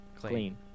clean